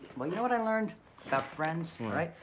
but you know what i learned about friends, all right?